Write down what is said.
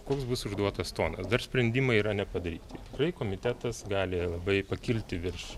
koks bus užduotas tonas dar sprendimai yra nepadaryti tikrai komitetas gali labai pakilti virš